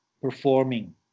performing